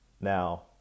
now